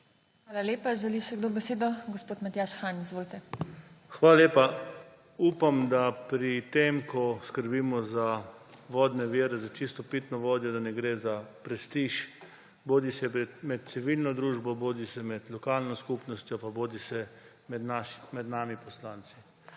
Hvala lepa. Želi še kdo besedo? Gospod Matjaž Han. Izvolite. MATJAŽ HAN (PS SD): Hvala lepa. Upam, da pri tem, ko skrbimo za vodne vire, za čisto pitno vodo, da ne gre za prestiž bodisi med civilno družbo bodisi med lokalno skupnostjo pa bodisi med nami poslanci.